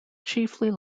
chiefly